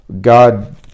God